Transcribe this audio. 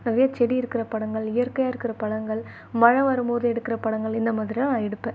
நிறைய செடி இருக்கிற படங்கள் இயற்கையாக இருக்கிற படங்கள் மழை வரும் போது எடுக்கிற படங்கள் இந்த மாதிரி தான் நான் எடுப்பேன்